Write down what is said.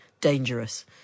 dangerous